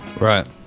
Right